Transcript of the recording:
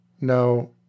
no